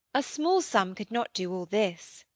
a small sum could not do all this.